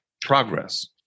progress